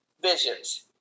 visions